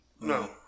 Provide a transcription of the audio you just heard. No